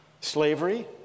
slavery